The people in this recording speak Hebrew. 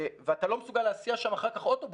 ואתה לא מסוגל להסיע שם אחר כך אוטובוס,